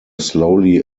slowly